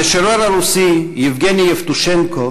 המשורר הרוסי יבגני יבטושנקו